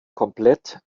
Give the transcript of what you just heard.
komplett